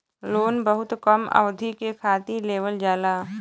loan बहुत कम अवधि के खातिर देवल जाला